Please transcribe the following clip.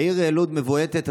העיר לוד מבועתת,